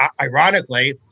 Ironically